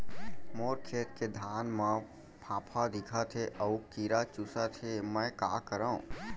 मोर खेत के धान मा फ़ांफां दिखत हे अऊ कीरा चुसत हे मैं का करंव?